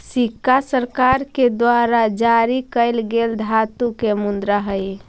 सिक्का सरकार के द्वारा जारी कैल गेल धातु के मुद्रा हई